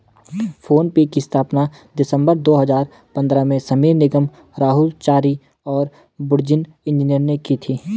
phone पे की स्थापना दिसंबर दो हजार पन्द्रह में समीर निगम, राहुल चारी और बुर्जिन इंजीनियर ने की थी